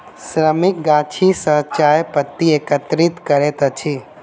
श्रमिक गाछी सॅ चाय पत्ती एकत्रित करैत अछि